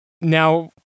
now